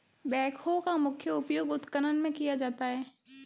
backhoe का मुख्य उपयोग उत्खनन में किया जाता है